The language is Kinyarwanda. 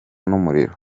n’umuriro